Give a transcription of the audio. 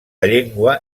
llengua